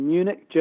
Munich